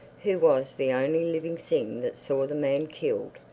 who was the only living thing that saw the man killed.